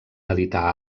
editar